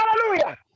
hallelujah